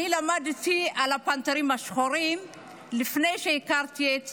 אני למדתי על הפנתרים השחורים לפני שהכרתי את